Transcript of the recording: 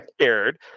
scared